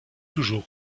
toujours